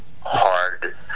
hard